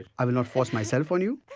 i will not force myself on you.